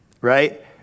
right